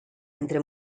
entre